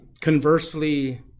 Conversely